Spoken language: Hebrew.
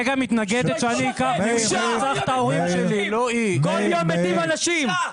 כל יום מתים אנשים.